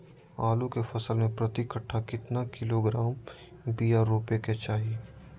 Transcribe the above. आलू के फसल में प्रति कट्ठा कितना किलोग्राम बिया रोपे के चाहि?